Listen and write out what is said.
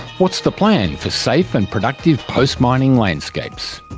what's the plan for safe and productive post-mining landscapes?